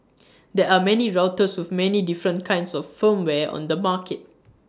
there are many routers with many different kinds of firmware on the market